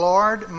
Lord